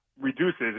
reduces